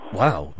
wow